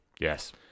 Yes